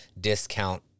discount